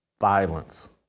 Violence